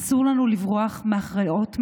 אסור לנו לברוח מהכרעות מדיניות,